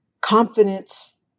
Confidence